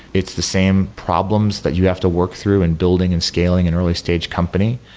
it's the same problems that you have to work through in building and scaling an early stage company.